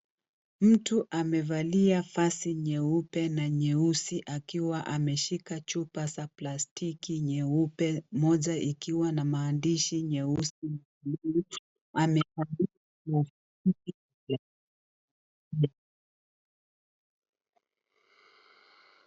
Mtu amevalia vazi nyeupe na nyeusi akiwa ameshika chupa ya plastiki nyeupe moja likiwa na maandishi nyeusi.